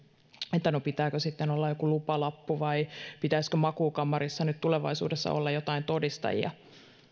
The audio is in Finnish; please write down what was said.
että no pitääkö sitten olla joka lupalappu tai pitäisikö makuukammarissa nyt tulevaisuudessa olla jotain todistajia